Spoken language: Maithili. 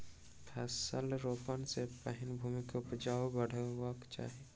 फसिल रोपअ सॅ पहिने भूमि के उपजाऊपन बढ़ेबाक चाही